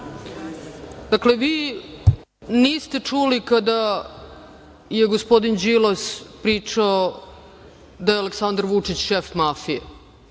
Hvala. Dakle, vi niste čuli kada je gospodin Đilas pričao da je Aleksandar Vučić šef mafije?